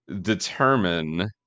determine